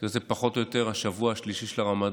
זה יוצא פחות או יותר השבוע השלישי של הרמדאן,